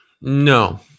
No